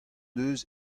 deus